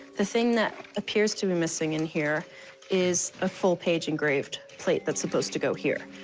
the thing that appears to be missing in here is a full page engraved plate that's supposed to go here.